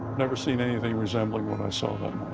never seen anything resembling what i saw